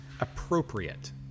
appropriate